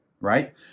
right